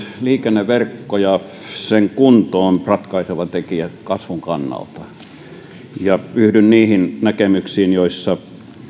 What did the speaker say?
liikenneverkko ja sen kunto ovat ratkaiseva tekijä kasvun kannalta yhdyn niihin näkemyksiin joissa